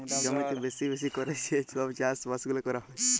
জমিতে বেশি বেশি ক্যরে যে সব চাষ বাস গুলা ক্যরা হ্যয়